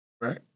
right